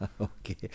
Okay